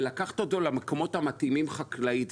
ולקחת אותו למקומות המתאימים חקלאית?